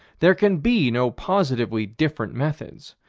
there can be no positively different methods.